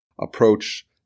approach